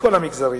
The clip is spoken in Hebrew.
מכל המגזרים.